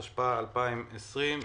התשפ"א-2020.